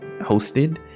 hosted